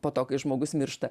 po to kai žmogus miršta